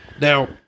Now